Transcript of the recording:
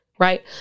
Right